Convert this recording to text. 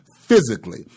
physically